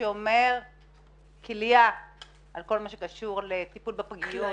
דבר שאומר כליה על כל מה שקשור לטיפול בפגיות.